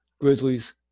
Grizzlies